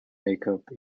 makeup